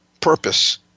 Purpose